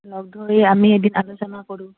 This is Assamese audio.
লগ ধৰি আমি এদিন আলোচনা কৰোঁ